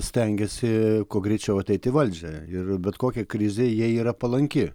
stengiasi kuo greičiau ateiti į valdžią ir bet kokia krizė jai yra palanki